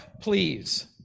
please